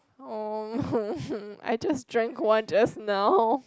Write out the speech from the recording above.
oh I just drank one just now